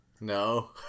no